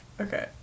Okay